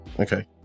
Okay